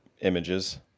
images